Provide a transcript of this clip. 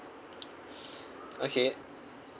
okay